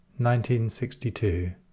1962